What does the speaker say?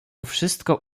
wszystko